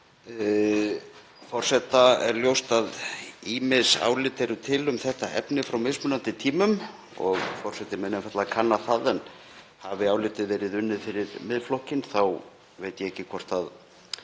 er ljóst að ýmis álit eru til um þetta efni frá mismunandi tímum og forseti mun einfaldlega kanna það. En hafi álitið verið unnið fyrir Miðflokkinn þá veit ég ekki hvort